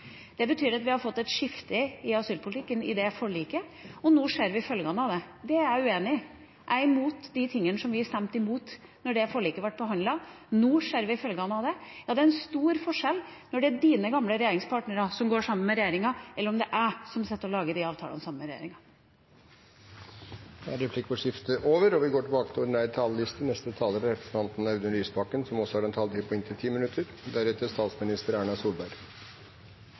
Det betyr at vi har fått et skifte i asylpolitikken i det forliket, og nå ser vi følgene av det. Det er jeg uenig i. Jeg er imot det vi stemte imot da det forliket ble behandlet. Nå ser vi følgene av det. Ja, det er en stor forskjell på om representantens gamle regjeringspartnere går sammen med regjeringa, eller om det er jeg som sitter og lager de avtalene sammen med regjeringa. Replikkordskiftet er over. Forskjellene i rikdom og makt øker i landet vårt. Mens regjeringen gir milde gaver til den økonomiske eliten, får folk som har